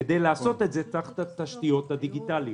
כדי לעשות את זה צריך את התשתיות הדיגיטליות.